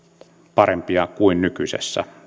parempia kuin nykyisessä